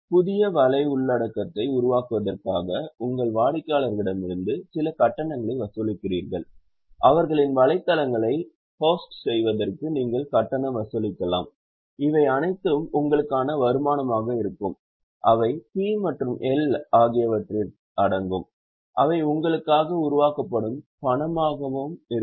புதிய வலை உள்ளடக்கத்தை உருவாக்குவதற்காக உங்கள் வாடிக்கையாளர்களிடம் சில கட்டணங்களை வசூலிக்கிறீர்கள் அவர்களின் வலைத்தளங்களை ஹோஸ்ட் செய்வதற்கு நீங்கள் கட்டணம் வசூலிக்கலாம் இவை அனைத்தும் உங்களுக்கான வருமானமாக இருக்கும் அவை P மற்றும் L ஆகியவற்றில் அடங்கும் அவை உங்களுக்காக உருவாக்கப்படும் பணமாகவும் இருக்கும்